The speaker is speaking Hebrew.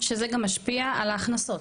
שזה גם משפיע על ההכנסות?